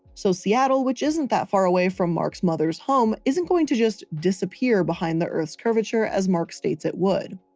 so seattle, which isn't that far away from mark's mother's home, isn't going to just disappear behind the earth curvature as mark states it would.